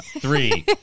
Three